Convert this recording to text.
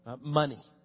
money